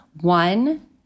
One